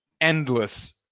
Endless